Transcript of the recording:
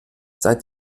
seit